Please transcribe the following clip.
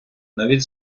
навіть